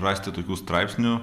rasti tokių straipsnių